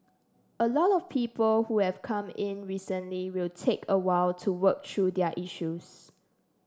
a lot of people who have come in recently will take a while to work through their issues